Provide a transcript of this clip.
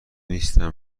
نیستم